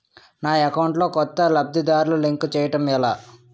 నా అకౌంట్ లో కొత్త లబ్ధిదారులను లింక్ చేయటం ఎలా?